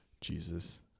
Jesus